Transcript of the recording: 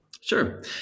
Sure